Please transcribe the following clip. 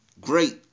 Great